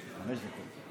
חמש דקות.